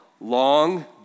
long